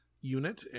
unit